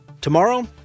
Tomorrow